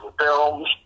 films